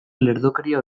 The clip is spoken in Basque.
lerdokeria